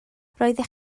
roeddech